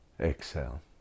Exhale